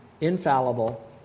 infallible